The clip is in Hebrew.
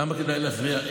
למה כדאי להפריע?